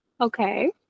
okay